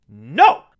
No